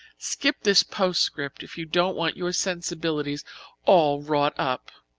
skip this postscript if you don't want your sensibilities all wrought up.